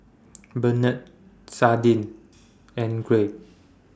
Bennett Sadie and Gregg